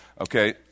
Okay